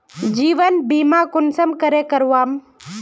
जीवन बीमा कुंसम करे करवाम?